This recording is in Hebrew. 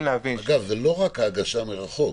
זה לא רק ההגשה מרחוק,